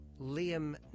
Liam